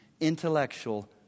intellectual